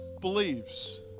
believes